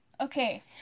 okay